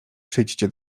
przyjdźcie